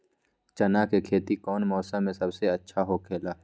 चाना के खेती कौन मौसम में सबसे अच्छा होखेला?